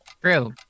true